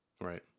Right